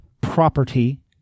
property